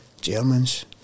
Germans